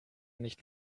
nicht